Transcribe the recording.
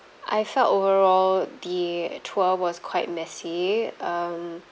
I felt overall the tour was quite messy um